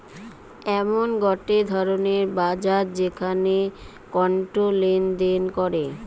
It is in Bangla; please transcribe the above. এমন গটে ধরণের বাজার যেখানে কন্ড লেনদেন করে